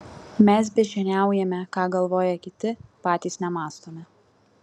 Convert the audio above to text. mes beždžioniaujame ką galvoja kiti patys nemąstome